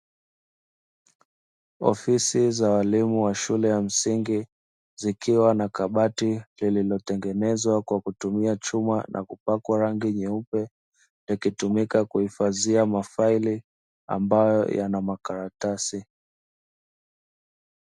Ofisi za walimu wa shule ya msingi, zikiwa na kabati lililotengenezwa kwa kutumia chuma na kupakwa rangi nyeupe, likitumika kuhifadhia mafaili ambayo yana makaratasi.